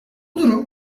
durum